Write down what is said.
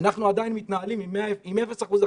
אנחנו עדיין מתנהלים עם אפס אחוז הכנסה.